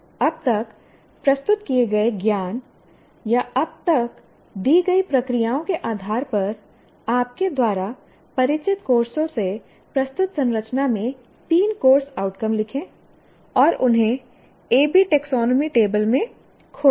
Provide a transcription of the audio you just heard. अब तक प्रस्तुत किए गए ज्ञान या अब तक दी गई प्रक्रियाओं के आधार पर आपके द्वारा परिचित कोर्सों से प्रस्तुत संरचना में तीन कोर्स आउटकम लिखें और उन्हें AB टैक्सोनॉमी टेबल में खोजें